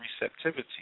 receptivity